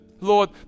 Lord